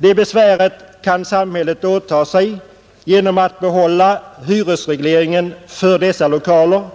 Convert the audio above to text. Det besväret kan samhället åta sig genom att behålla hyresregleringen för dessa lokaler